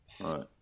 right